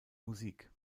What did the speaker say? musik